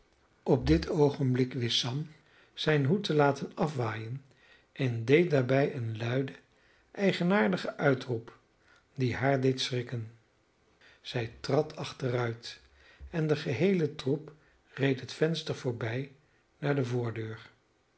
op dit oogenblik wist sam zijn hoed te laten afwaaien en deed daarbij een luiden eigenaardigen uitroep die haar deed schrikken zij trad achteruit en de geheele troep reed het venster voorbij naar de voordeur